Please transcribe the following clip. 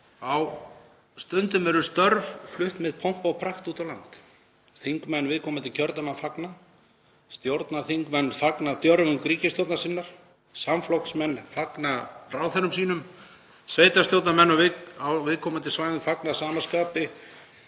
Stundum eru störf flutt með pompi og prakt út á land. Þingmenn viðkomandi kjördæma fagna, stjórnarþingmenn fagna djörfung ríkisstjórnar sinnar, samflokksmenn fagna ráðherrum sínum og sveitarstjórnarmenn á viðkomandi svæðum fagna að sama skapi